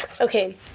okay